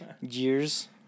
Years